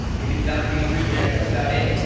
maybe the dantes rejects. thats about it.